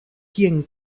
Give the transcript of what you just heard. quien